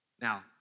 Now